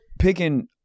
picking